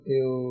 eu